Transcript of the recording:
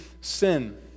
sin